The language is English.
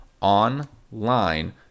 online